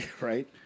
Right